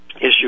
issue